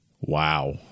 Wow